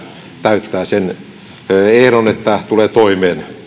täyttää sen ehdon että tulee toimeen